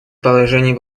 положений